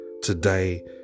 Today